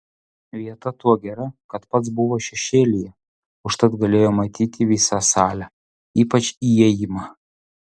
vieta tuo gera kad pats buvo šešėlyje užtat galėjo matyti visą salę ypač įėjimą